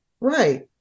Right